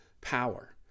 power